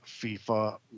FIFA